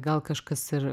gal kažkas ir